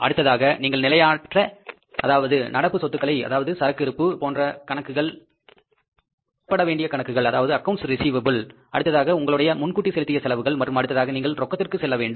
அடுத்ததாக நீங்கள் நிலையற்ற சொத்துக்களை அதாவது சரக்கு இருப்பு பெறவேண்டிய கணக்குகள் அடுத்ததாக உங்களுடைய முன்கூட்டி செலுத்திய செலவுகள் மற்றும் அடுத்ததாக நீங்கள் ரொக்கத்திற்கு செல்ல வேண்டும்